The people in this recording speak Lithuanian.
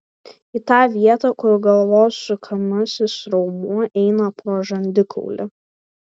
į tą vietą kur galvos sukamasis raumuo eina pro žandikaulį